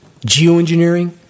Geoengineering